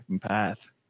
path